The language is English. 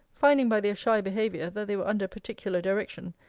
finding by their shy behaviour, that they were under particular direction,